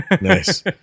Nice